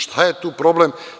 Šta je tu problem?